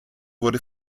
wurde